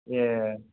ए